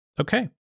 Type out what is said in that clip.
Okay